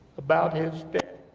about his death.